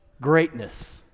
greatness